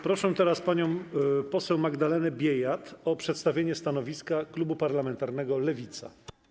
Proszę teraz panią poseł Magdalenę Biejat o przedstawienie stanowiska klubu poselskiego Lewica.